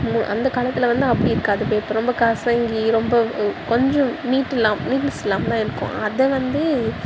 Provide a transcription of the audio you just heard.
அந்த காலத்தில் வந்து அப்படி இருக்காது பேப்பர் ரொம்ப கசங்கி ரொம்ப கொஞ்சம் நீட் இல்லா நீட்னஸ் இல்லாமதான் இருக்கும் அதை வந்து